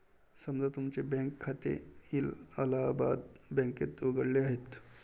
समजा तुमचे बँक खाते अलाहाबाद बँकेत उघडले आहे